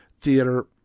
theater